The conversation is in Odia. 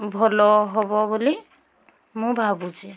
ଭଲ ହେବ ବୋଲି ମୁଁ ଭାବୁଛି